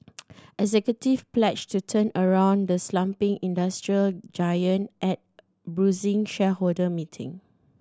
executive pledged to turn around the slumping industrial giant at a bruising shareholder meeting